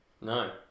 No